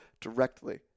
directly